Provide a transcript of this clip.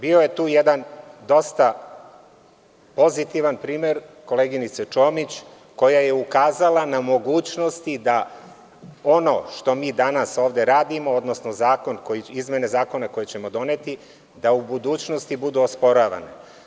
Bio je tu jedan dosta pozitivan primer koleginice Čomić, koja je ukazala na mogućnosti da ono što mi danas ovde radimo, odnosno izmene zakona koje ćemo doneti, da u budućnosti budu osporavane.